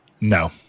No